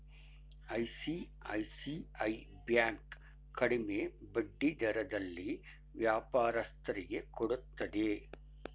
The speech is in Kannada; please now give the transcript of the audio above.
ಐಸಿಐಸಿಐ ಬ್ಯಾಂಕ್ ಕಡಿಮೆ ಬಡ್ಡಿ ದರದಲ್ಲಿ ವ್ಯಾಪಾರಸ್ಥರಿಗೆ ಕೊಡುತ್ತದೆ